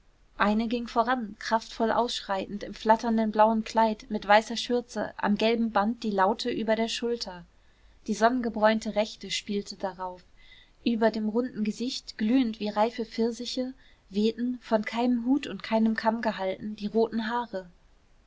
eine ging voran kraftvoll ausschreitend im flatternden blauen kleid mit weißer schürze am gelben band die laute über der schulter die sonnengebräunte rechte spielte darauf über dem runden gesicht glühend wie reife pfirsiche wehten von keinem hut und keinem kamm gehalten die roten haare